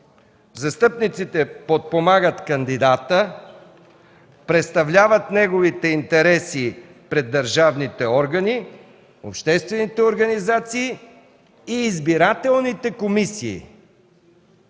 „Застъпниците подпомагат кандидата, представляват неговите интереси пред държавните органи, обществените организации и избирателните комисии”.